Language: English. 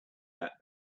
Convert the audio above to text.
that